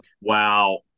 Wow